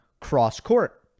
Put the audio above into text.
cross-court